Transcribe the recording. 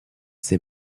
ses